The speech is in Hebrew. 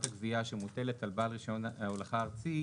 הגבייה שמוטלת על בעל רישיון ההולכה הארצי,